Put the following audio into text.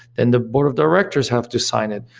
then the board of directors have to sign it.